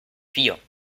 vier